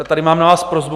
Tady mám na vás prosbu.